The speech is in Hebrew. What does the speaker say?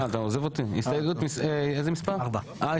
4 נגד, 9 נמנעים, אין לא אושר.